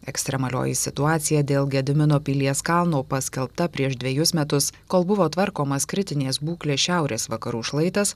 ekstremalioji situacija dėl gedimino pilies kalno paskelbta prieš dvejus metus kol buvo tvarkomas kritinės būklės šiaurės vakarų šlaitas